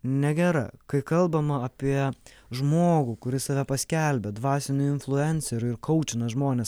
negera kai kalbama apie žmogų kuris save paskelbia dvasiniu influenceriu ir kaučina žmones